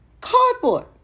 Cardboard